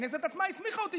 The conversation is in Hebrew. הכנסת עצמה הסמיכה אותי,